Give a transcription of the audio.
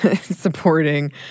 supporting